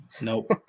nope